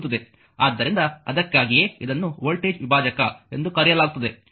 ಆದ್ದರಿಂದ ಅದಕ್ಕಾಗಿಯೇ ಇದನ್ನು ವೋಲ್ಟೇಜ್ ವಿಭಾಜಕ ಎಂದು ಕರೆಯಲಾಗುತ್ತದೆ